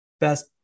best